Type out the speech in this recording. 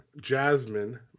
Jasmine